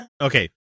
Okay